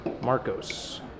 Marcos